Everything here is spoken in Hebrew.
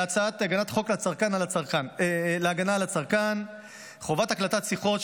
להצעת חוק להגנה על הצרכן (חובת הקלטת שיחות,